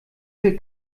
viel